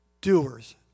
doers